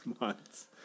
months